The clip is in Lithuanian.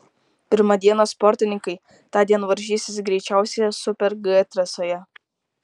pirmą dieną sportininkai tądien varžysis greičiausioje super g trasoje